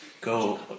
Go